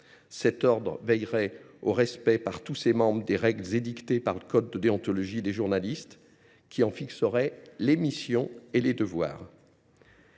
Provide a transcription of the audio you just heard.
Cet ordre veillerait au respect, par tous ses membres, des règles édictées par le code de déontologie des journalistes, dans lequel seraient fixés leurs missions et leurs devoirs.